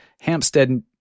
hampstead